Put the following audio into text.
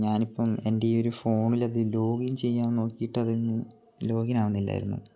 ഞാൻ ഇപ്പം എൻ്റെ ഈ ഒരു ഫോണിൽ അത് ലോഗിൻ ചെയ്യാൻ നോക്കിയിട്ട് അത് അങ്ങ് ലോഗിൻ ആവുന്നില്ലായിരുന്നു